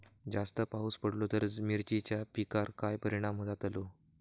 जास्त पाऊस पडलो तर मिरचीच्या पिकार काय परणाम जतालो?